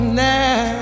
now